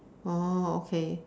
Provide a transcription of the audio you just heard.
oh okay